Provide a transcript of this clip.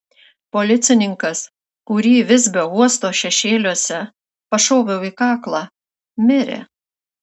policininkas kurį visbio uosto šešėliuose pašoviau į kaklą mirė